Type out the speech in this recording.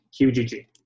QGG